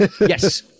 Yes